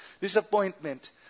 disappointment